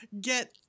get